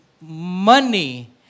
money